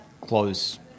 close